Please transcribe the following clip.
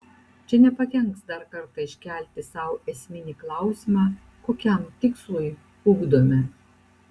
čia nepakenks dar kartą iškelti sau esminį klausimą kokiam tikslui ugdome